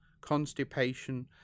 constipation